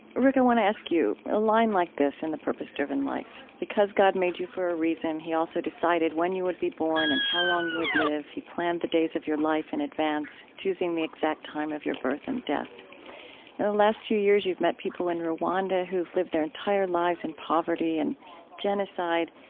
rick, i want to ask you, a line like this in the purpose-driven life, because god made you for a reason, he also decided when you would be born and how long you would live. he planned the days of your life in advance, choosing the exact time of your birth and death. in the last few years, you've met people in rwanda who have lived their entire lives in poverty and genocide,